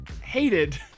hated